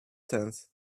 tent